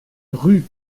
rue